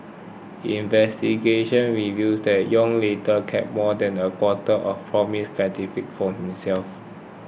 investigations revealed that Yong later kept more than a quarter of the promised gratification for himself